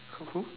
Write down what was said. who who